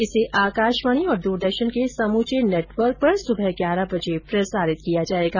इसे आकाशवाणी और दूरदर्शन के समूचे नेटवर्क से सुबह ग्यारह बजे प्रसारित किया जायेगा